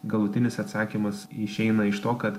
galutinis atsakymas i išeina iš to kad